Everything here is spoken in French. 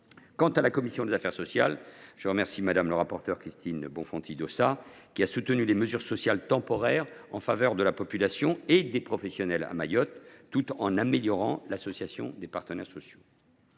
Quant à la commission des affaires sociales, dont je remercie Mme le rapporteur Christine Bonfanti Dossat, elle a soutenu les mesures sociales temporaires en faveur de la population et des professionnels à Mayotte, tout en améliorant l’association des partenaires sociaux.